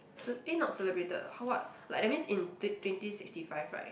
s~ eh not celebrated ah ha~ what like that means in t~ twenty sixty five right